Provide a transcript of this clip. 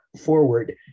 forward